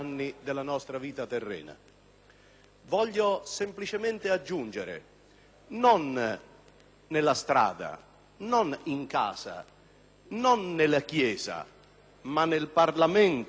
Voglio semplicemente aggiungere non nella strada, non in casa, non nella Chiesa, ma nel Parlamento della Repubblica italiana,